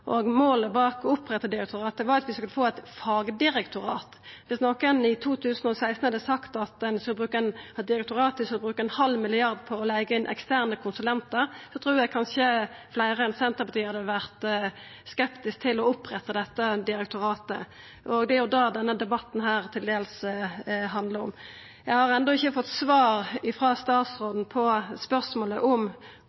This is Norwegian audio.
Målet med å oppretta direktoratet var at vi skulle få eit fagdirektorat. Dersom nokon i 2016 hadde sagt at direktoratet skulle bruka ein halv milliard kroner på å leiga inn eksterne konsulentar, trur eg kanskje fleire enn Senterpartiet hadde vore skeptiske til å oppretta dette direktoratet, og det er det denne debatten til dels handlar om. Eg har enno ikkje fått svar